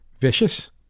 vicious